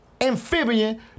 amphibian